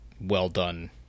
well-done